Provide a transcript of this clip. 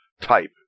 type